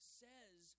says